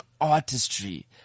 artistry